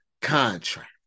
contract